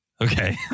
Okay